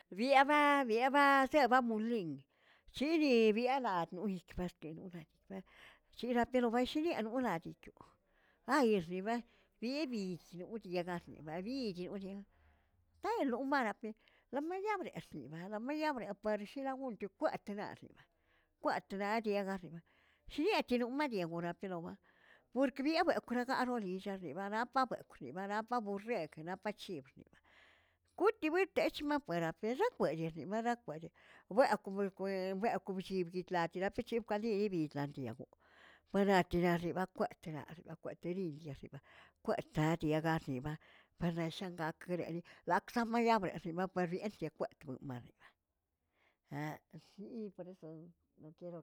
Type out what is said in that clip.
Biaba biaba seba bulinmg, chiri bielaꞌa nuꞌli parki nulichbka chiraꞌa pero bashiꞌliaꞌ noolaꞌ, ayixibaꞌa, bibi yodiagaꞌshni babii chiocheꞌn, taꞌalo malaꞌpe lamayaꞌbre lamayaꞌbre per shera goncho kwatrnaribaꞌa, kwatriniejaribaꞌ shiꞌechira madieguraꞌ telowaꞌ pork bieꞌbaꞌ koraꞌgaꞌ rolillaꞌa ribaraꞌa baꞌ bekwrkꞌ ribara ba borreg naꞌ pa c̱hibr, kute bute chimanpara perebkweꞌ, ribe marakweꞌ buaꞌa kweb kweꞌ bwekweꞌ llib yitlat shirachibka liꞌibi chilakiagoꞌo, barak kixariba kwaꞌatreraꞌri akwaꞌateriya ribaꞌa kwartaꞌ diagaꞌr nibaꞌa paren shengakereꞌri ḻaꞌkzan mayaberi maparier chekwaꞌatgoꞌmar si por eso.